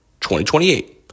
2028